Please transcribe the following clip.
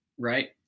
right